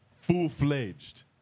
full-fledged